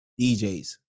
DJs